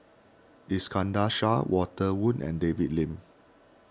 Iskandar Shah Walter Woon and David Lim